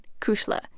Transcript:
kushla